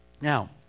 Now